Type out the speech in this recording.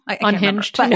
Unhinged